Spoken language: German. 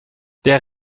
der